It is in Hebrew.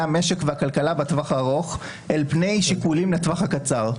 המשק והכלכלה בטווח הארוך אל פני שיקולים לטווח הקצר.